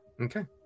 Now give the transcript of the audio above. Okay